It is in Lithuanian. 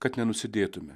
kad nenusidėtume